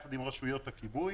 ביחד עם רשויות הכיבוי,